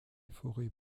forêts